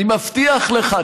אני מבטיח לך,